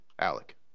Alec